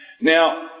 Now